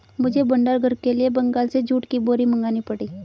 मुझे भंडार घर के लिए बंगाल से जूट की बोरी मंगानी पड़ी